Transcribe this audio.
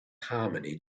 harmony